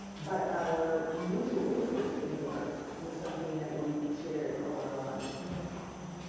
but our mutual interest in the arts was something that we shared all our lives